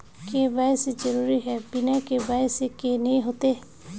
KYC जरुरी है बिना के.वाई.सी के नहीं होते?